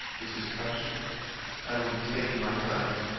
was his question and would have taken my hand.